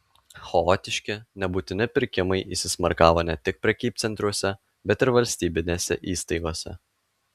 chaotiški nebūtini pirkimai įsismarkavo ne tik prekybcentriuose bet ir valstybinėse įstaigose